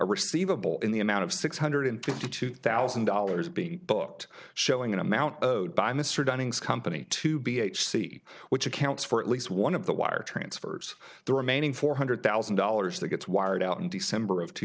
receivable in the amount of six hundred twenty two thousand dollars be booked showing an amount of by mr dunning's company to be h c which accounts for at least one of the wire transfers the remaining four hundred thousand dollars that gets wired out in december of two